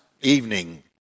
evening